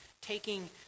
taking